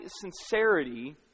sincerity